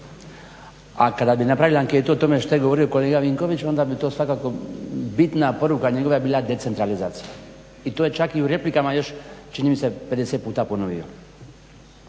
a kada bi napravili anketu o tome što je govorio kolega Vinković onda bi to svakako bitna poruka njegove bila decentralizacija i to je čak i u replikama još čini mi se 50 puta ponovio.